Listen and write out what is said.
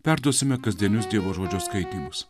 perduosime kasdienius dievo žodžio skaitymus